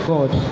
God